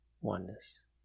oneness